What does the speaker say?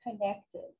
connected